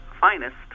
finest